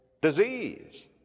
disease